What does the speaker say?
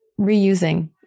reusing